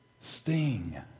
sting